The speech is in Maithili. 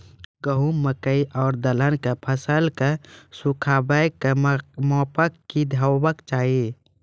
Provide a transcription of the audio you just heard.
गेहूँ, मकई आर दलहन के फसलक सुखाबैक मापक की हेवाक चाही?